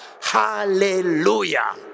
Hallelujah